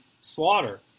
slaughter